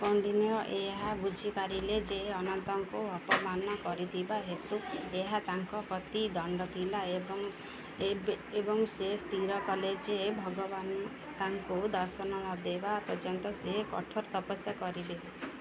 କୌଣ୍ଡିନ୍ୟ ଏହା ବୁଝି ପାରିଲେ ଯେ ଅନନ୍ତଙ୍କୁ ଅପମାନ କରିଥିବା ହେତୁ ଏହା ତାଙ୍କ ପ୍ରତି ଦଣ୍ଡ ଥିଲା ଏବଂ ଏବେ ଏବଂ ସେ ସ୍ଥିର କଲେ ଯେ ଭଗବାନ ତାଙ୍କୁ ଦର୍ଶନ ନଦେବା ପର୍ଯ୍ୟନ୍ତ ସେ କଠୋର ତପସ୍ୟା କରିବେ